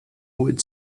would